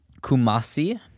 Kumasi